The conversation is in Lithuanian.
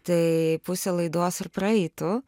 tai pusė laidos ir praeitų